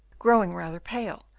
growing rather pale,